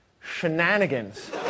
shenanigans